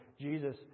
Jesus